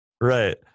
Right